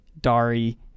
Dari